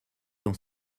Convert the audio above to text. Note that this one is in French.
dans